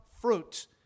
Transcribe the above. fruit